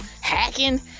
Hacking